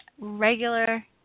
regular